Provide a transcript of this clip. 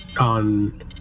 on